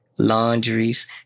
laundries